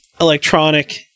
electronic